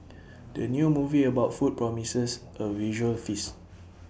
the new movie about food promises A visual feast